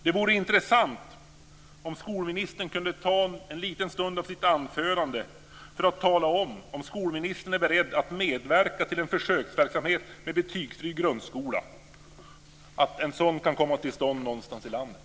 Det vore intressant om skolministern kunde ta en liten stund av sitt anförande för att tala om ifall hon är beredd att medverka till att få till stånd någonstans i landet en försöksverksamhet med betygsfri grundskola.